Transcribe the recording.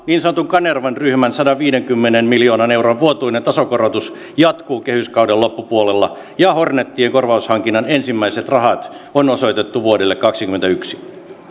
niin sanotun kanervan ryhmän sadanviidenkymmenen miljoonan euron vuotuinen tasokorotus jatkuu kehyskauden loppupuolella ja hornetien korvaushankinnan ensimmäiset rahat on osoitettu vuodelle kaksikymmentäyksi